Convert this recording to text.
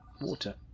water